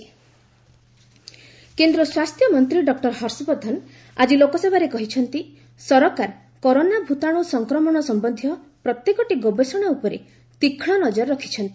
LS Harshvardhan କେନ୍ଦ୍ର ସ୍ୱାସ୍ଥ୍ୟମନ୍ତ୍ରୀ doctor Harshvardhan ଆଜି ଲୋକସଭାରେ କହିଛନ୍ତି ସରକାର କରୋନା ଭୂତାଣୁ ସଂକ୍ରମଣ ସମ୍ୟନ୍ଧୀୟ ପ୍ରତିଟି ଗବେଷଣା ଉପରେ ତୀକ୍ଷ୍ଣ ନଜର ରଖିଛନ୍ତି